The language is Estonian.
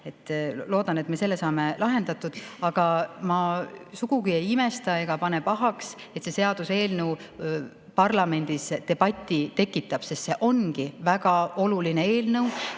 Loodan, et me selle saame lahendatud. Aga ma sugugi ei imesta ega pane pahaks, et see seaduseelnõu parlamendis debati tekitab. See ongi väga oluline eelnõu.